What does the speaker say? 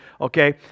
okay